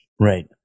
Right